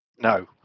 No